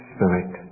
Spirit